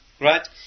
Right